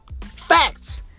Facts